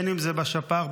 גם בשפ"ח,